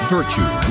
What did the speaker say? Virtue